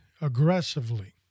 aggressively